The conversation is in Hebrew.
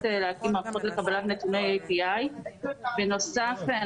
להתאים מערכות לקבלת נתוני API. בנוסף,